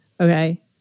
okay